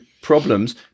problems